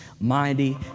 mighty